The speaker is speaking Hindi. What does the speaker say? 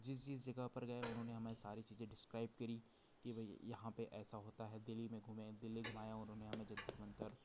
जिस जिस जगह पर गए उन्होंने हमें सारी चीज़ें डिस्क्राइब करी कि भाई यहाँ पर ऐसा होता है दिल्ली में घूमें दिल्ली घुमाया उन्होंने हमें जंतरमंतर